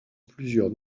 plusieurs